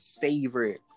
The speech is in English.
favorite